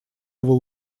его